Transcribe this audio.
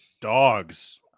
dogs